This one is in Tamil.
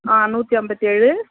ஆ நூற்றி அம்பத்தி ஏழு